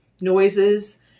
noises